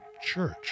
Church